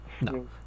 No